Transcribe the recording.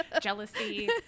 Jealousy